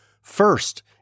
First